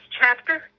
chapter